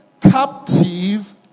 captive